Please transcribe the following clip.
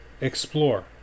explore